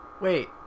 Wait